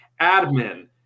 admin